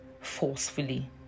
forcefully